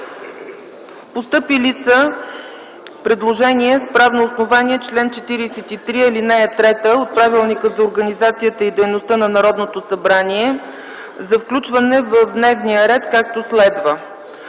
Постъпили са предложения с правно основание чл. 43, ал. 3 от Правилника за организацията и дейността на Народното събрание за включване в дневния ред, както следва: